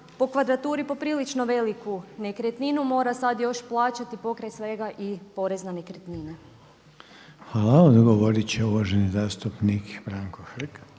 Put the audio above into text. po kvadraturi poprilično veliku nekretninu, mora sada još plaćati pokraj svega i porez na nekretnine. **Reiner, Željko (HDZ)** Hvala. Odgovorit će uvaženi zastupnik Branko Hrg.